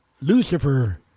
Lucifer